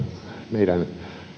meidän